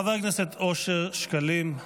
חבר הכנסת אושר שקלים,